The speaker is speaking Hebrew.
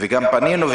וגם פנינו,